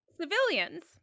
civilians